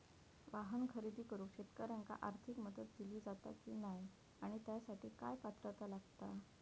वाहन खरेदी करूक शेतकऱ्यांका आर्थिक मदत दिली जाता की नाय आणि त्यासाठी काय पात्रता लागता?